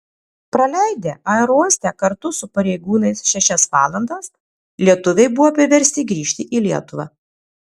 praleidę aerouoste kartu su pareigūnais šešias valandas lietuviai buvo priversti grįžti į lietuvą